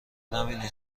نبینی